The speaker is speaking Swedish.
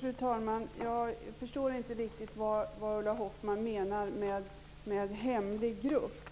Fru talman! Jag förstår inte riktigt vad Ulla Hoffmann menar med hemlig grupp.